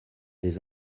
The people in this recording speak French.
des